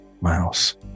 Miles